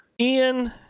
Ian